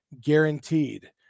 guaranteed